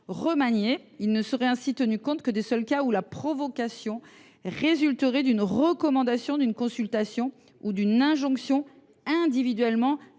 remaniée. Il ne serait tenu compte que des seuls cas où la provocation résulterait « d’une recommandation, consultation ou injonction individuellement